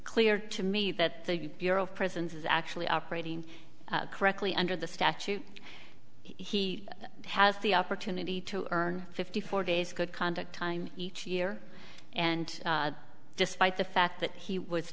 clear to me that the bureau of prisons is actually operating correctly under the statute he has the opportunity to earn fifty four days good conduct time each year and despite the fact that he was